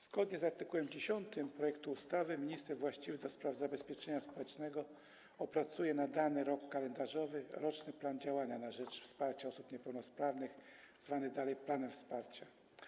Zgodnie z art. 10 projektu ustawy minister właściwy do spraw zabezpieczenia społecznego opracuje na dany rok kalendarzowy roczny plan działania na rzecz wsparcia osób niepełnosprawnych, zwany dalej planem wsparcia.